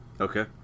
Okay